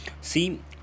see